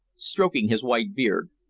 stroking his white beard.